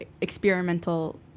experimental